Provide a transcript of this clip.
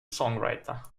songwriter